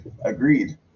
Agreed